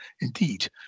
Indeed